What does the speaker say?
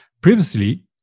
previously